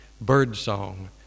birdsong